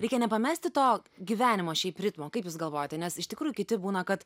reikia nepamesti to gyvenimo šiaip ritmo kaip jūs galvojate nes iš tikrųjų kiti būna kad